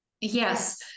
Yes